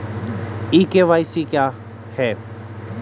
ई KYC क्या है?